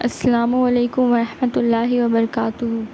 السلام علیکم ورحمتہ اللہ وبرکاتہ